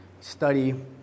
study